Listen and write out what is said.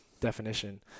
definition